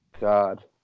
God